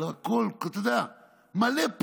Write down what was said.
הכול מלא פרחים,